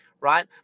right